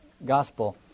Gospel